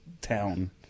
town